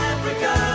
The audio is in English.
Africa